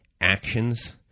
actions